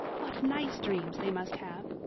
what nice dreams they must have!